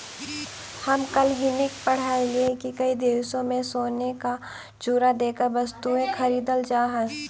हम कल हिन्कि पढ़लियई की कई देशों में सोने का चूरा देकर वस्तुएं खरीदल जा हई